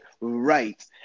right